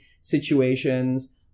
situations